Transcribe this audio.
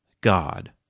God